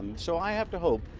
so i have to hope